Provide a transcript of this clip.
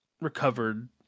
recovered